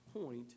point